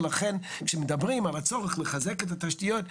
לכן כשמדברים על הצורך לחזק את התשתיות,